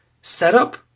setup